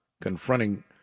confronting